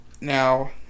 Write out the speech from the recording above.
Now